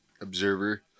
observer